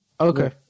Okay